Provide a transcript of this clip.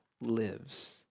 lives